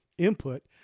input